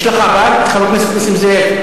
יש לך בת, חבר הכנסת נסים זאב?